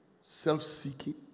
self-seeking